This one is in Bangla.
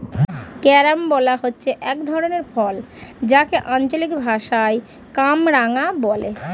ক্যারামবোলা হচ্ছে এক ধরনের ফল যাকে আঞ্চলিক ভাষায় কামরাঙা বলে